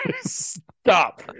Stop